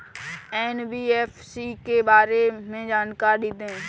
NBFC के बारे में जानकारी दें?